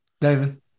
David